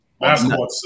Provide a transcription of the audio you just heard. Basketball